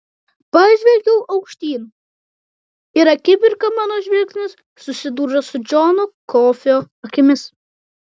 pažvelgiau aukštyn ir akimirką mano žvilgsnis susidūrė su džono kofio akimis